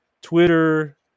Twitter